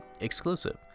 exclusive